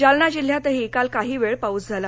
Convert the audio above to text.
जालना जिल्ह्यातही काल काही वेळ पाऊस झाला